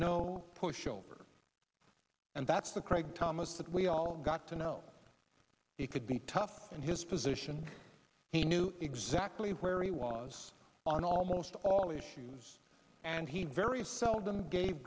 no pushover and that's the craig thomas that we all got to know he could be tough and his position he knew exactly where he was on almost all issues and he very seldom gave